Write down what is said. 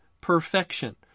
perfection